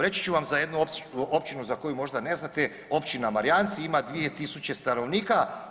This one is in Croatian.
Reći ću vam za jednu općinu za koju možda ne znate općina Marijanci ima 2000 stanovnika.